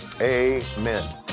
Amen